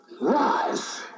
rise